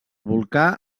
volcà